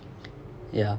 ya